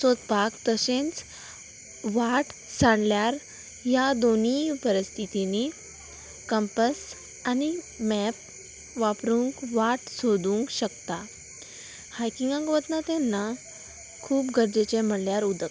सोदपाक तशेंच वाट सांडल्यार ह्या दोनीय परिस्थितींनी कंपस आनी मॅप वापरूंक वाट सोदूंक शकता हायकिंगाक वता तेन्ना खूब गरजेचें म्हणल्यार उदक